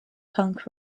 punk